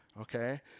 Okay